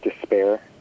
despair